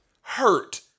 hurt